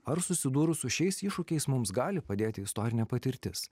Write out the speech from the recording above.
ar susidūrus su šiais iššūkiais mums gali padėti istorinė patirtis